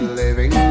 living